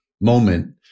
moment